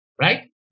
Right